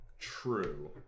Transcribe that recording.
True